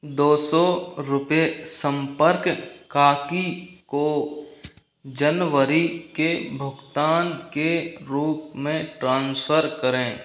दो सौ रुपये संपर्क काकी को जनवरी के भुगतान के रूप में ट्रांसफ़र करें